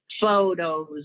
Photos